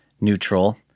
neutral